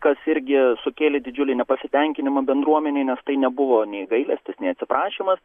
kas irgi sukėlė didžiulį nepasitenkinimą bendruomenei nes tai nebuvo nei gailestis nei atsiprašymas